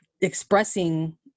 expressing